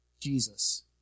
Jesus